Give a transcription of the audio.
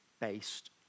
based